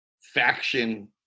faction